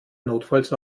notfalls